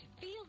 feel